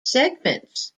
segments